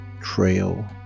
trail